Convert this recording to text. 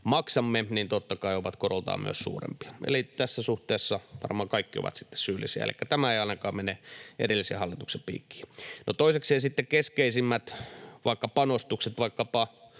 maksamme, totta kai ovat koroltaan myös suurempia. Eli tässä suhteessa varmaan kaikki ovat sitten syyllisiä, elikkä tämä ei ainakaan mene edellisen hallituksen piikkiin. No, toisekseen sitten keskeisimmät panostukset vaikkapa